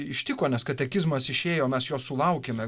ištiko nes katekizmas išėjo mes jo sulaukėme